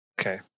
Okay